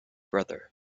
brother